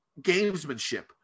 gamesmanship